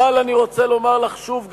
אבל אני רוצה לומר לך שוב,